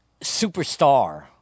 superstar